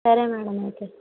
సరే మేడం అయితే